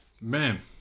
man